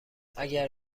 اگه